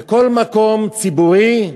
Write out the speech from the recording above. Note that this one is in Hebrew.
בכל מקום ציבורי,